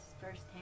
firsthand